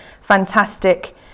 fantastic